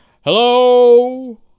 Hello